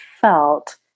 felt